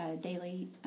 Daily